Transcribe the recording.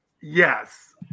Yes